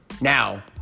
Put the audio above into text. Now